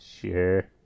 Sure